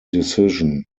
decision